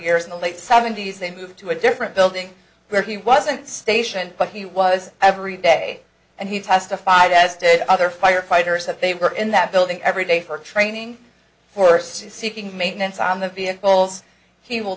years in the late seventy's they moved to a different building where he wasn't stationed but he was every day and he testified as did other firefighters have they were in that building every day for training course seeking maintenance on their vehicles he will